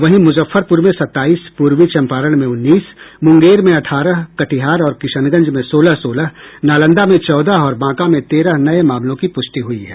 वहीं मुजफ्फरपुर में सताईस पूर्वी चंपारण में उन्नीस मुंगेर में अठारह कटिहार और किशनगंज में सोलह सोलह नालंदा में चौदह और बांका में तेरह नये मामलों की पुष्टि हुई है